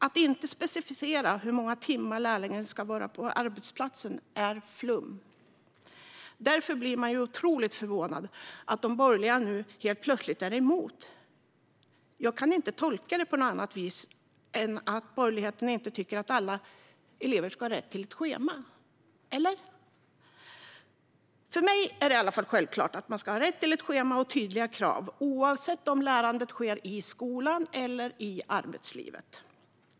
Att inte specificera hur många timmar lärlingen ska vara på arbetsplatsen är flum. Därför blir jag otroligt förvånad över att de borgerliga nu helt plötsligt är emot detta. Jag kan inte tolka det på något annat sätt än att borgerligheten inte tycker att alla elever ska ha rätt till ett schema - eller? För mig är det i alla fall självklart att man ska ha rätt till ett schema och tydliga krav, oavsett om lärandet sker i skolan eller i arbetslivet.